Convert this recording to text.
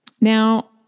now